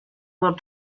will